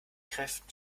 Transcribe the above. kräften